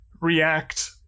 react